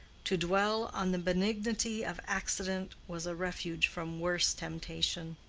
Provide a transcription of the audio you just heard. to dwell on the benignity of accident was a refuge from worse temptation.